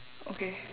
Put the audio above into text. okay